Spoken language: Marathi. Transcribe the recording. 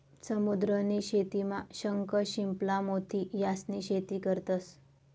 समुद्र नी शेतीमा शंख, शिंपला, मोती यास्नी शेती करतंस